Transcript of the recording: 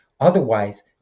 Otherwise